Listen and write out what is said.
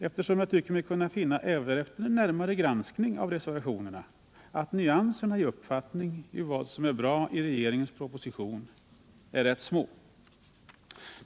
Jag tycker mig nämligen kunna finna — även efter närmare granskning av reservationerna — att nyanserna i uppfattningarna om vad som är bra i regeringens proposition är rätt små.